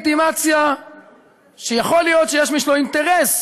הדה-לגיטימציה שיכול להיות שיש מישהו שיש לו אינטרס